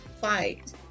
fight